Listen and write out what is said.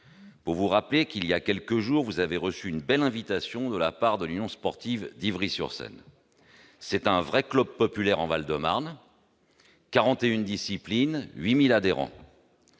pour vous rappeler qu'il y a quelques jours, vous avez reçu une belle invitation de la part de l'Union sportive d'Ivry-sur-Seine, c'est un vrai club populaire en Val-de-Marne 41 Discipline 8000 adhérents